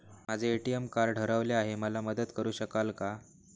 माझे ATM card हरवले आहे, मला मदत करु शकाल का?